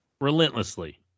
relentlessly